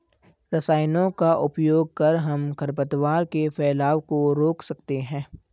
रसायनों का उपयोग कर हम खरपतवार के फैलाव को रोक सकते हैं